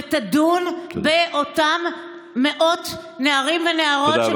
ותדון באותם מאות נערים ונערות,